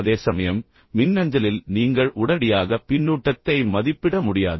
அதேசமயம் மின்னஞ்சலில் நீங்கள் உடனடியாக பின்னூட்டத்தை மதிப்பிட முடியாது